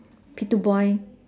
P two boy